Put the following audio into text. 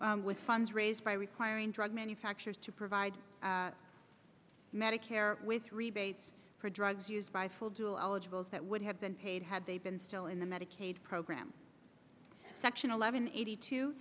with funds raised by requiring drug manufacturers to provide medicare with rebates for drugs used by full dual eligibles that would have been paid had they been still in the medicaid program section eleven eighty two